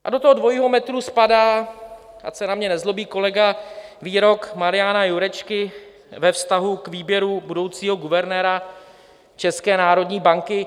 A do toho dvojího metru spadá, ať se na mě nezlobí kolega, výrok Mariana Jurečky ve vztahu k výběru budoucího guvernéra České národní banky.